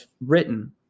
written